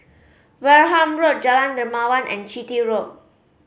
Wareham Road Jalan Dermawan and Chitty Road